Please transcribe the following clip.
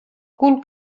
cul